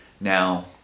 Now